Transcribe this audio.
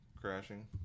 Crashing